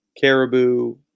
Caribou